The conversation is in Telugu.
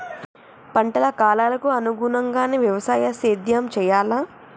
పంటల కాలాలకు అనుగుణంగానే వ్యవసాయ సేద్యం చెయ్యాలా?